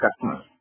customers